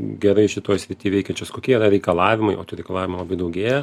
gerai šitoj srity veikiančios kokie yra reikalavimai o tų reklamų labai daugėja